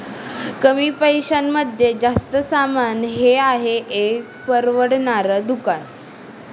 कमी पैशांमध्ये जास्त सामान हे आहे एक परवडणार दुकान